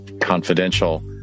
Confidential